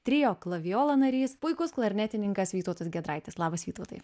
trio klavijola narys puikus klarnetininkas vytautas giedraitis labas vytautai